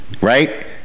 Right